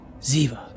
Ziva